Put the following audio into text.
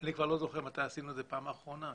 אני כבר לא זוכר מתי עשינו את זה בפעם האחרונה.